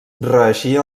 reeixir